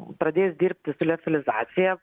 pradėjus dirbti su liofelizacija